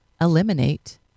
eliminate